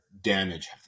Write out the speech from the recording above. damage